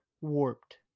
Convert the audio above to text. Warped